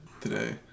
today